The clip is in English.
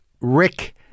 rick